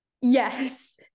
yes